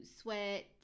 sweat